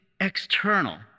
external